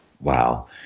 Wow